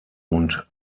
und